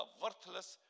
worthless